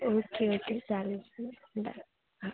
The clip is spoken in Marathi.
ओके ओके चालेल बाय